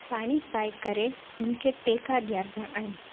पाणी पाए करे उनखे टहिका ॾियारबा आहिनि